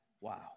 Wow